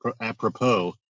apropos